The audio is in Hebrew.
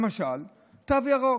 למשל תו ירוק,